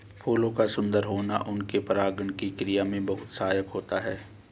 फूलों का सुंदर होना उनके परागण की क्रिया में बहुत सहायक होता है